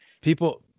People